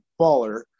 baller